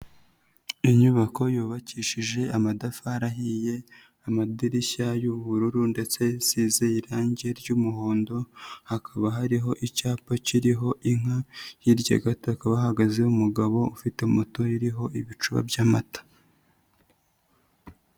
Inyubako yubakishije amatafari ahiye, amadirishya y'ubururu, ndetse isize irangi ry'umuhondo, hakaba hariho icyapa kiriho inka, hirya gato hakaba hahagaze umugabo ufite moto iriho ibicuba by'amata.